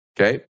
Okay